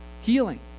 Healing